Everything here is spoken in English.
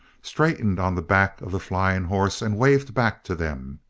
straightened on the back of the flying horse and waved back to them.